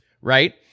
right